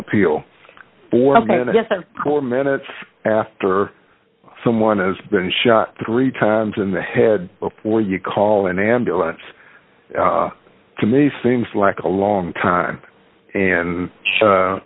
appeal for four minutes after someone has been shot three times in the head before you call an ambulance to me seems like a long time and